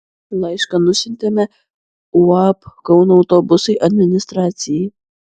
laišką nusiuntėme uab kauno autobusai administracijai